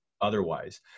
otherwise